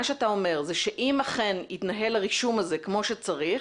מה שאתה אומר זה שאם אכן יתנהל הרישום הזה כמו שצריך,